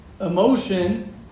Emotion